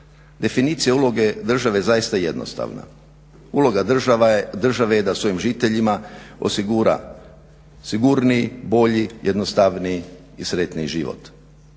Definicija uloge države zaista je jednostavna. Uloga države je da svojim žiteljima osigura sigurniji, bolji, jednostavniji i sretniji život.